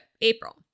April